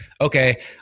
Okay